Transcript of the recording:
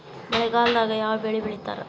ಮಳೆಗಾಲದಾಗ ಯಾವ ಬೆಳಿ ಬೆಳಿತಾರ?